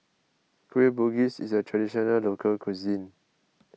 Kueh Bugis is a Traditional Local Cuisine